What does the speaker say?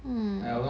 mm